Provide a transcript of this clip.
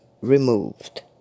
removed